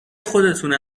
خودتونه